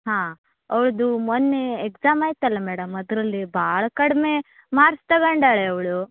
ಹಾಂ ಅವಳದ್ದು ಮೊನ್ನೇ ಎಕ್ಸಾಮ್ ಆಯ್ತಲ್ಲ ಮೇಡಮ್ ಅದರಲ್ಲಿ ಭಾಳ ಕಡಿಮೆ ಮಾರ್ಕ್ಸ್ ತಗೊಂಡಾಳೆ ಅವಳು